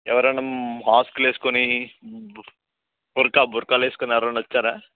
ఎవరన్నా మాస్కులేసుకుని బుర్కా బుర్కాలేసుకుని ఎవరన్నా వచ్చారా